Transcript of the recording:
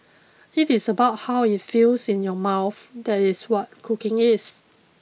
it is about how it feels in your mouth that is what cooking is